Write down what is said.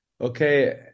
okay